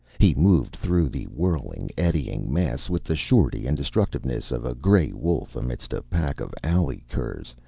he moved through the whirling, eddying mass with the surety and destructiveness of a gray wolf amidst a pack of alley curs,